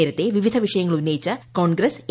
നേരത്തെ വിവിധ വിഷയങ്ങൾ ഉന്നയിച്ച് കോൺഗ്രസ് എ